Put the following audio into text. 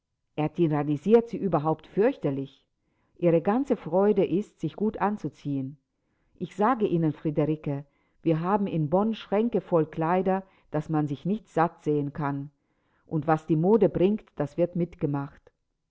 er tyrannisiert sie überhaupt fürchterlich ihre ganze freude ist sich gut anzuziehen ich sage ihnen friederike wir haben in bonn schränke voll kleider daß man sich nicht satt sehen kann und was die mode bringt das wird mitgemacht